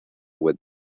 with